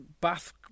Bath